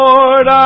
Lord